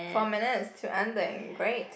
four minutes to ending great